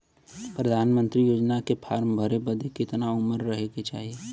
प्रधानमंत्री योजना के फॉर्म भरे बदे कितना उमर रहे के चाही?